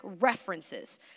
references